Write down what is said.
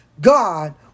God